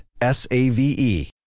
S-A-V-E